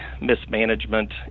mismanagement